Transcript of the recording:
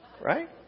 Right